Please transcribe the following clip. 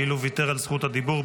כאילו ויתר על זכות הדיבור.